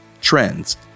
trends